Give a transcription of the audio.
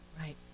Right